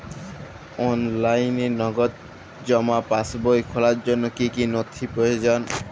অনলাইনে নগদ জমা পাসবই খোলার জন্য কী কী নথি প্রয়োজন?